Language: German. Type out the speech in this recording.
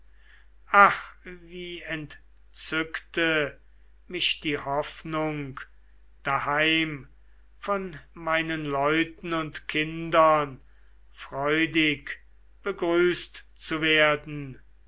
ach wie entzückte mich die hoffnung daheim von meinen leuten und kindern freudig begrüßt zu werden